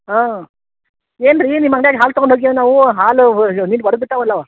ಹಾಂ ಏನು ರಿ ನಿಮ್ಮ ಅಂಗ್ಡ್ಯಾಗ ಹಾಲು ತಗೊಂಡು ಹೋಗೆವು ನಾವು ಹಾಲು ಒಡದು ಬಿಟ್ಟಾವಲ್ಲ